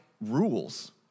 rules